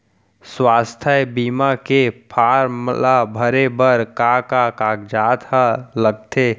स्वास्थ्य बीमा के फॉर्म ल भरे बर का का कागजात ह लगथे?